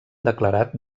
declarat